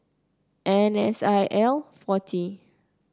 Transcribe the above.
N S I L forty